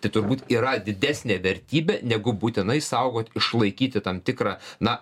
tai turbūt yra didesnė vertybė negu būtinai saugot išlaikyti tam tikrą na